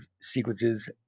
sequences